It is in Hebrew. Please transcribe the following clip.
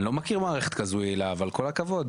אני לא מכיר מערכת כזו יעילה, אבל כל הכבוד.